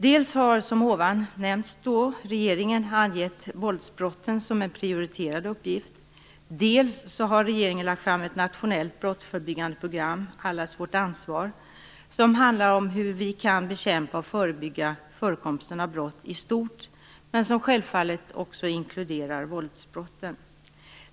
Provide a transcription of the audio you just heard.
Dels har regeringen, som nämnts, angett våldsbrotten som en prioriterad uppgift. Dels har regeringen lagt fram ett nationellt brottsförebyggande program, Allas vårt ansvar, som handlar om hur vi kan bekämpa och förebygga förekomsten av brott i stort och som självfallet också inkluderar våldsbrotten.